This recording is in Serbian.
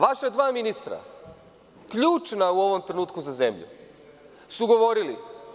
Vaša dva ministra, ključna u ovom trenutku za zemlju, su govorili.